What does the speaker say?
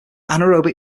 anaerobic